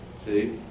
See